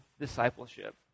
discipleship